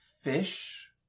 fish